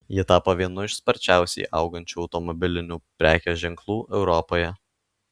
jie tapo vienu iš sparčiausiai augančių automobilinių prekės ženklų europoje